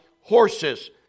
horses